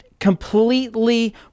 completely